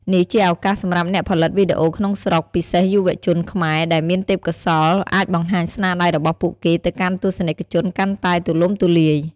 នេះជាឱកាសសម្រាប់អ្នកផលិតវីដេអូក្នុងស្រុក ពិសេសយុវជនខ្មែរ ដែលមានទេពកោសល្យអាចបង្ហាញស្នាដៃរបស់ពួកគេទៅកាន់ទស្សនិកជនកាន់តែទូលំទូលាយ។